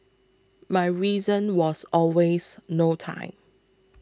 my reason was always no time